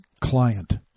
client